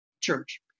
church